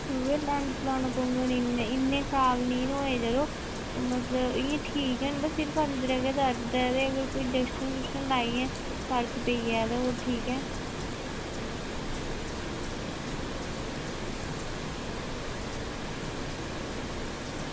दुए दंद लाने पौङन इन्ने इन्ने खराब निं ना होए यरो मतलब इ'यां ठीक न पर सिर्फ अंदरें गै दर्द ऐ ते कोई इंजेक्शन इंजूकशन लाइयै फर्क पेई जा ते ओह् ठीक ऐ